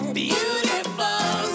beautiful